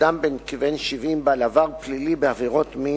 אדם כבן 70 בעל עבר פלילי בעבירות מין,